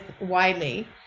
Wiley